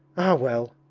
ah well!